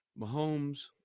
Mahomes